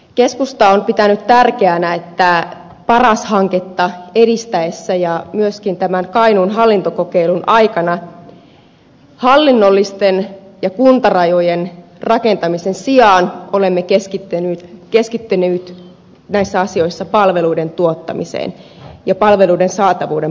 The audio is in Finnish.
keskusta on pitänyt tärkeänä että paras hanketta edistettäessä ja myöskin tämän kainuun hallintokokeilun aikana hallinnollisten ja kuntarajojen rakentamisen sijaan olemme keskittyneet näissä asioissa palveluiden tuottamiseen ja palveluiden saatavuuden parantamiseen